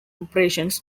operations